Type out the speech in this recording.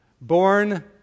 Born